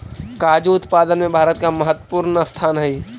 काजू उत्पादन में भारत का महत्वपूर्ण स्थान हई